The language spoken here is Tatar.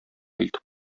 илтеп